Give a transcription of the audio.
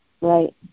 Right